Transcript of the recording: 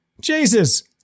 Jesus